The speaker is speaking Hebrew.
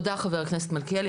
תודה ח"כ מלכיאלי.